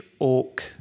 oak